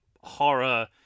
horror